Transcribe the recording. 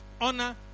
Honor